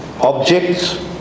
objects